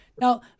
Now